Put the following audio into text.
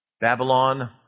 Babylon